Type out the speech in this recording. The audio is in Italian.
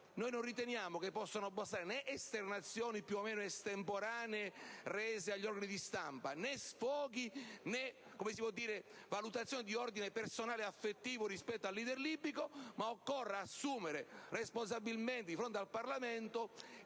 Non riteniamo che possano bastare né esternazioni più o meno estemporanee rese agli organi di stampa, né sfoghi, né valutazioni di ordine personale e affettivo rispetto al leader libico. Pensiamo invece che occorra assumere responsabilmente di fronte al Parlamento